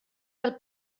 del